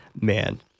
Man